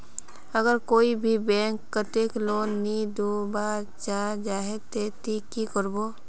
अगर कोई भी बैंक कतेक लोन नी दूध बा चाँ जाहा ते ती की करबो?